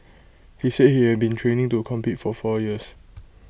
he said he had been training to compete for four years